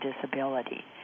disability